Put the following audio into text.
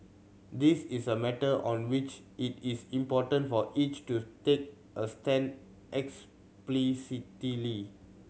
this is a matter on which it is important for each to take a stand explicitly